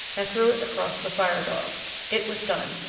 and threw it across the fire-dogs. it was done!